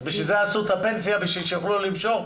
אז בשביל זה עשו את הפנסיה, בשביל שיוכלו למשוך?